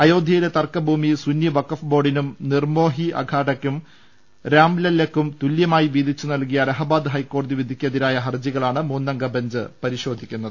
അയോധ്യയിലെ തർക്കഭൂമി സുന്നി വഖഫ് ബോർഡിനും നിർമ്മോഹി അഖാഡയ്ക്കും രാംലല്ലയ്ക്കും തുല്യമായി വീതിച്ചു നൽകിയ അലഹബാദ് ഹൈക്കോടതി വിധിക്കെതിരായ ഹർജിക ളാണ് മൂന്നംഗബഞ്ച് പരിശോധിക്കുന്നത്